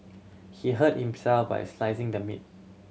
he hurt himself while slicing the meat